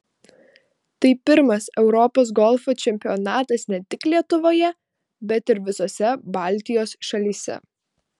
tai pirmas europos golfo čempionatas ne tik lietuvoje bet ir visose baltijos šalyse